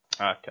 Okay